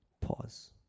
pause